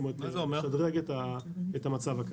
כלומר לשדרג את המצב הקיים.